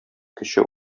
кече